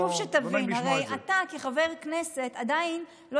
חשוב שתבין: הרי אתה כחבר כנסת עדיין לא